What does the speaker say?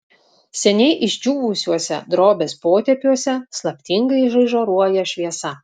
seniai išdžiūvusiuose drobės potėpiuose slaptingai žaižaruoja šviesa